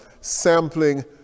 sampling